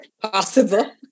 possible